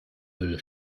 müll